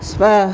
स्व